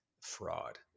fraud